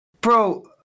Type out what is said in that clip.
bro